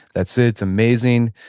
that's it. it's amazing.